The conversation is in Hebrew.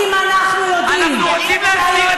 אנחנו רוצים להסדיר את מה שהמפלגה שלך בנתה.